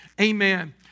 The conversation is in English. Amen